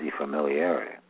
familiarity